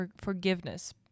forgiveness